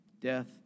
death